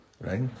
right